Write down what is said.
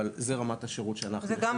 אבל זו רמת השירות שאנחנו --- גם,